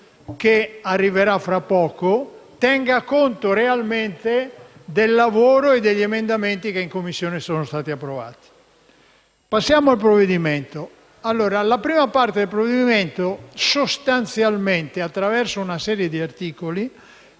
che arriverà tra poco al nostro esame tenga conto realmente del lavoro compiuto e degli emendamenti che in Commissione sono stati approvati. Passiamo al provvedimento. La prima parte del provvedimento, sostanzialmente, attraverso una serie di articoli,